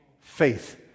Faith